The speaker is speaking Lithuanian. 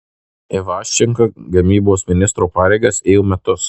ivaščenka gynybos ministro pareigas ėjo metus